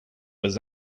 was